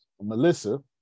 Melissa